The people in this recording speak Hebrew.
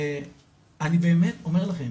אני באמת אומר לכם,